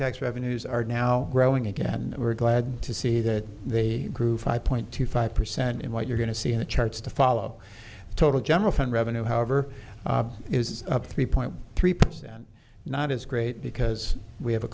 tax revenues are now growing again we're glad to see that they grew five point two five percent in what you're going to see in the charts to follow total general revenue however is up three point three percent not is great because we have a